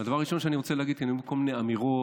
הדבר הראשון שאני רוצה להגיד כי היו כל מיני אמירות,